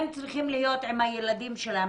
הם צריכים להיות עם הילדים שלהם,